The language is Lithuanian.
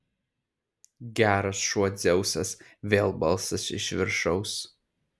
geras šuo dzeusas vėl balsas iš viršaus